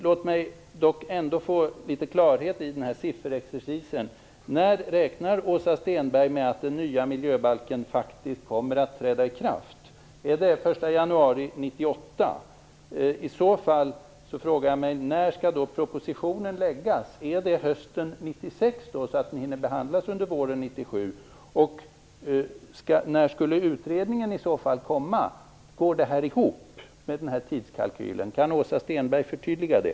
Låt mig ändå få litet klarhet i den här sifferexcersisen. När räknar Åsa Stenberg med att den nya miljöbalken kommer att träda i kraft? Är det den 1 januari 1998? I så fall undrar jag: När skall propositionen framläggas? Är det under hösten 1996, så att den hinner att behandlas under våren 1997? När skulle utredningen i så fall vara klar? Går denna tidskalkyl ihop? Kan Åsa Stenberg förtydliga det?